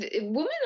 Women